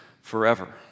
forever